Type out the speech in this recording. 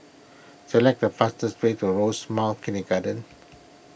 select the fastest way to Rosemount Kindergarten